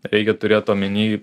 reikia turėt omeny